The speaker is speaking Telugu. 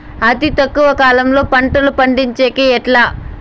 అతి తక్కువ కాలంలో పంటలు పండించేకి ఎట్లా?